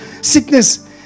sickness